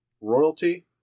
royalty